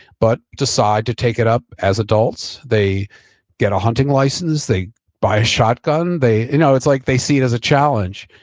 but decide to take it up as adults. they get a hunting license, they buy a shotgun. you know it's like they see it as a challenge.